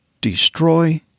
destroy